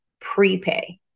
prepay